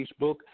Facebook